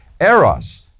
Eros